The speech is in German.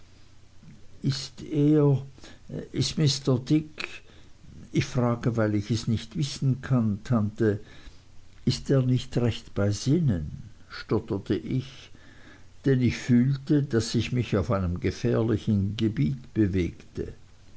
ist er ist mr dick ich frage weil ich es nicht wissen kann tante ist er nicht recht bei sinnen stotterte ich denn ich fühlte daß ich mich auf einem gefährlichen gebiet bewegte